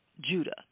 Judah